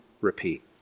repeat